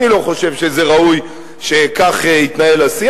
אני לא חושב שזה ראוי שכך יתנהל השיח,